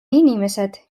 inimesed